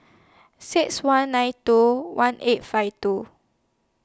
six one nine two one eight five two